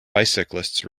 bicyclists